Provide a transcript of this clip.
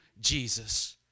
Jesus